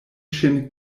ŝin